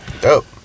Dope